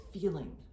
feeling